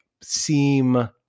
seem